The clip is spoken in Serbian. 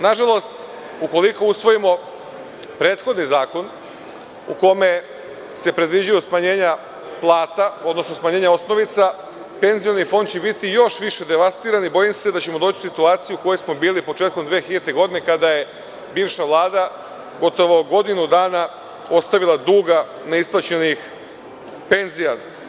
Nažalost, ukoliko usvojimo prethodni zakon u kome se predviđaju smanjenja plata, odnosno osnovica, Penzioni fond će biti još više devastiran i bojim se da ćemo doći u situaciju, u kojoj smo bili početkom 2000. godine kada je bivša Vlada, gotovo godinu dana ostavila duga neisplaćenih penzija.